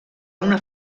una